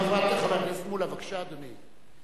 חבר הכנסת מולה, בבקשה, אדוני.